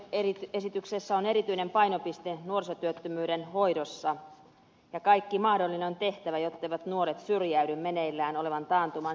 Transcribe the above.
talousarvioesityksessä on erityinen painopiste nuorisotyöttömyyden hoidossa ja kaikki mahdollinen on tehtävä jotteivät nuoret syrjäydy meneillään olevan taantuman seurauksena